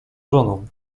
żoną